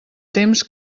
temps